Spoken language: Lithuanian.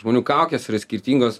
žmonių kaukės yra skirtingos